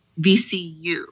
VCU